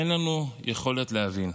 אין לנו יכולת להבין.